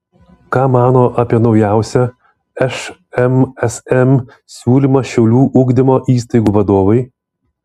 ką mano apie naujausią šmsm siūlymą šiaulių ugdymo įstaigų vadovai